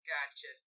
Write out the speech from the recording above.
Gotcha